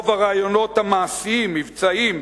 רוב הרעיונות המעשיים-מבצעיים,